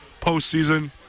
postseason